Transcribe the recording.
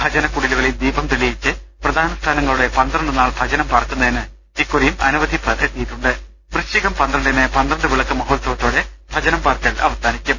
ഭജനക്കുടിലുകളിൽ തെളിയിച്ച് ദീപം വ്രതാനുഷ്ഠാനങ്ങളോടെ പന്ത്രണ്ട് നാൾ ഭജനം പാർക്കുന്നതിന് ഇക്കുറിയും അനവധി പേർ എത്തിയിട്ടുണ്ട് വൃശ്ചികം പന്ത്രണ്ടിന് പന്ത്രണ്ട് വിളക്ക് മഹോത്സവത്തോടെ ഭജനം പാർക്കൽ അവസാനിക്കും